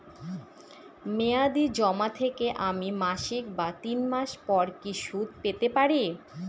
মেয়াদী জমা থেকে আমি মাসিক বা তিন মাস পর কি সুদ পেতে পারি?